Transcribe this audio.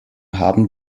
haben